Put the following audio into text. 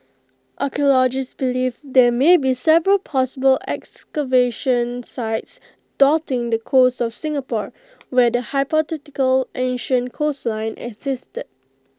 archaeologists believe there may be several possible excavation sites dotting the coast of Singapore where the hypothetical ancient coastline existed